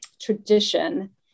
tradition